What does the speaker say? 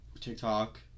TikTok